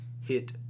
HIT